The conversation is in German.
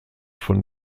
von